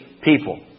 people